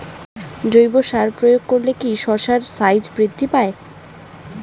জৈব সার প্রয়োগ করলে কি শশার সাইজ বৃদ্ধি পায়?